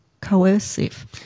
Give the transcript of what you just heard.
coercive